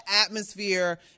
atmosphere